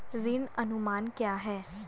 ऋण अनुमान क्या है?